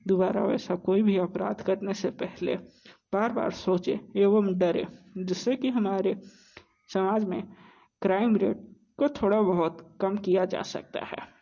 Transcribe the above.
दुबारा ऐसा कोई भी अपराध करने से पहले बार बार सोचे एवं डरें जिससे कि हमारे समाज में क्राइम रेट को थोड़ा बहुत कम किया जा सकता है